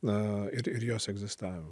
na ir ir jos egzistavim